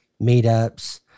meetups